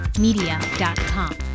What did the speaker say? media.com